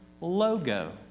logo